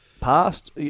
Past